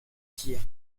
tirs